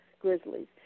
grizzlies